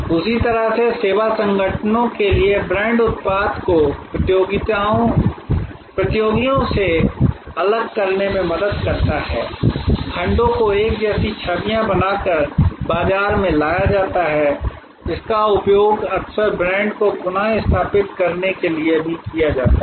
उसी तरह से सेवा संगठनों के लिए ब्रांड उत्पाद को प्रतियोगियों से अलग करने में मदद करता है खंडों को एक जैसी छवियां बनाकर बाजार में लाया जाता है इसका उपयोग अक्सर ब्रांड को पुनः स्थिति करने के लिए भी किया जाता है